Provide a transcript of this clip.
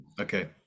Okay